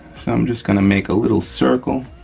i'm just gonna make a little circle